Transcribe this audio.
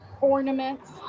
ornaments